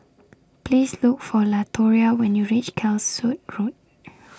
Please Look For Latoria when YOU REACH Calshot Road